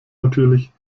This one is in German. natürlich